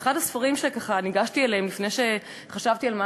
ואחד הספרים שניגשתי אליהם לפני שחשבתי על מה